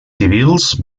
civils